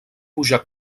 pujar